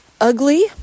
ugly